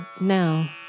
now